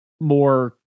more